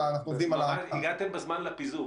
--- הגעתם בזמן לפיזור.